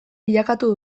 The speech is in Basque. bilakatu